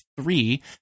three